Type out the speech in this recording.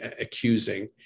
accusing